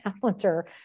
calendar